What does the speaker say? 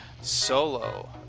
Solo